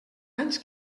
anys